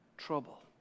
trouble